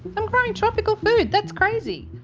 i'm growing tropical food. that's crazy.